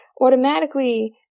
automatically